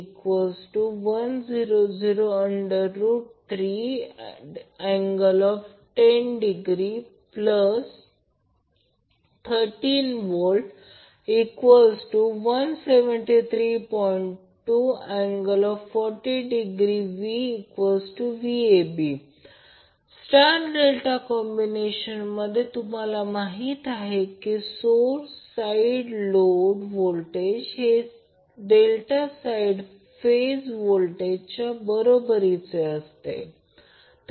2∠40°VVAB star delta कॉम्बिनेशनमध्ये तुम्हाला माहित आहे की सोर्स साईड लोड व्होल्टेज हे डेल्टा साईड फेज व्होल्टेजच्या बरोबरीचे आहे